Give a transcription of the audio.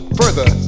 further